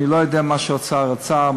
אני לא יודע מה האוצר רצה,